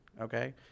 okay